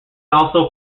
also